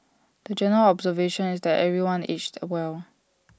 the general observation is that everyone aged well